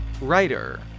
Writer